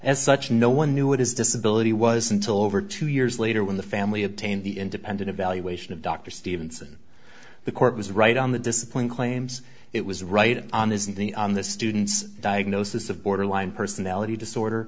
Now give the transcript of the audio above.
as such no one knew what his disability was until over two years later when the family obtained the independent evaluation of dr stevenson the court was right on the discipline claims it was writing on his knee on the student's diagnosis of borderline personality disorder